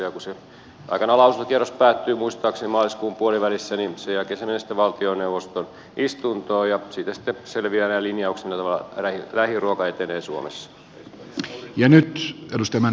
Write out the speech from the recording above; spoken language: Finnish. kun aikanaan lausuntokierros päättyy muistaakseni maaliskuun puolivälissä niin sen jälkeen se menee sitten valtioneuvoston istuntoon ja siitä sitten selviävät ne linjaukset millä tavalla lähiruoka etenee suomessa